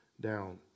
down